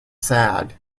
sad